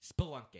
Spelunking